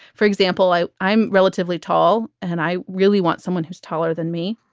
for example, i i'm relatively tall and i really want someone who's taller than me.